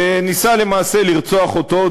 שניסה למעשה לרצוח אותו,